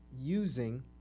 using